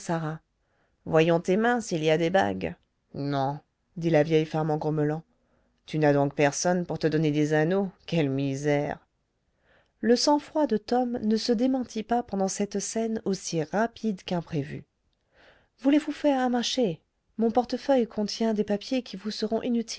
voyons tes mains s'il y a des bagues non dit la vieille femme en grommelant tu n'as donc personne pour te donner des anneaux quelle misère le sang-froid de tom ne se démentit pas pendant cette scène aussi rapide qu'imprévue voulez-vous faire un marché mon portefeuille contient des papiers qui vous seront